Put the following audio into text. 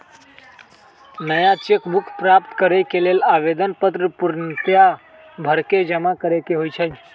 नया cheque book प्राप्त करेके लेल आवेदन पत्र पूर्णतया भरके जमा करेके होइ छइ